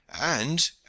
And